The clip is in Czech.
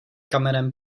kamenem